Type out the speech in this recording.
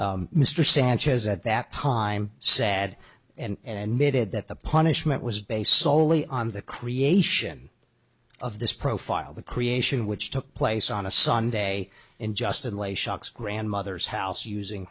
and mr sanchez at that time sad and mid it that the punishment was based soley on the creation of this profile the creation which took place on a sunday and justin lay shocks grandmother's house using